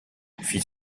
fit